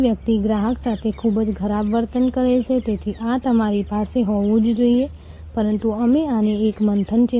તેથી આ સંબંધ આધારિત હોઈ શકે છે અને ત્યાં કોઈ ઔપચારિક સંબંધ આધારિત નથી તેથી દેખીતી રીતે અમને ખરેખર આ બ્લોકમાં રસ છે